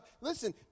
listen